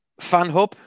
FanHub